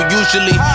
usually